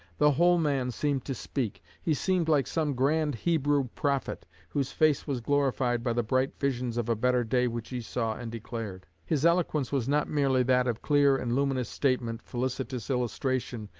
the whole man seemed to speak. he seemed like some grand hebrew prophet, whose face was glorified by the bright visions of a better day which he saw and declared. his eloquence was not merely that of clear and luminous statement, felicitous illustration,